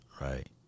right